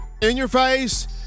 in-your-face